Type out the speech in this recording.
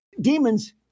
demons